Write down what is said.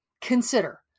consider